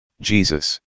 Jesus